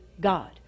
God